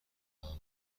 تحمل